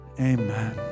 Amen